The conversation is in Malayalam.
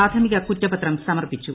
പ്രാഥമിക കുറ്റപത്രം സമർപ്പിച്ചു